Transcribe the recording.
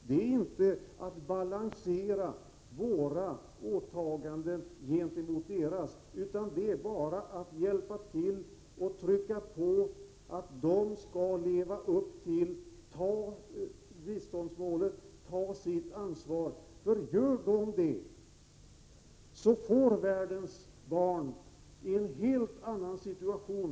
Detta krav innebär inte att vi balanserar våra åtaganden gentemot deras, utan det innebär att vi trycker på för att de skall leva upp till sitt ansvar för detta biståndsmål. Gör de det, får världens barn en helt annan situation.